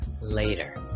later